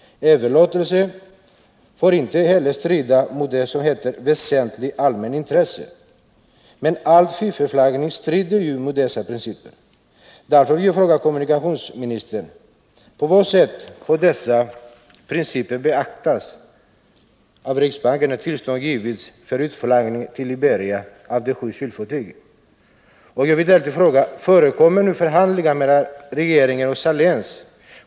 Överlåtelse får inte heller strida mot, som det heter, ”väsentligt allmänt intresse”. Men all fiffelflaggning strider ju mot dessa principer. Därför vill jag fråga kommunikationsministern: På vilket sätt har dessa principer beaktats av riksbanken när tillstånd gavs för utflaggning till Liberia av de sju kylfartygen? Jag vill därtill fråga: Förekommer nu förhandlingar mellan regeringen och Saléns?